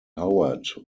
howard